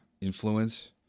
influence